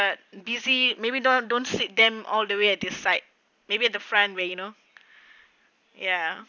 are busy maybe don't don't sit them all the way at the side maybe at the front you know ya